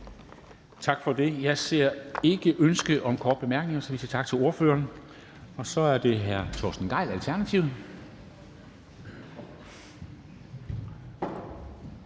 Tak for det. Jeg ser ikke noget ønske om korte bemærkninger, så vi siger tak til ordføreren. Så er det hr. Torsten Gejl, Alternativet.